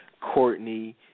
Courtney